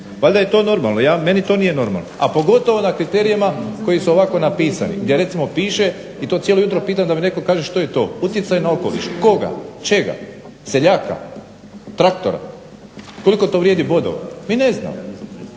Valjda je to normalno. Meni to nije normalno. A pogotovo na kriterijima koji su ovako napisani gdje recimo piše i to cijelo jutro pitam da mi netko kaže što je to utjecaj na okoliš, koga, čega? Seljaka? Traktora? Koliko to vrijedi bodova? Mi ne znamo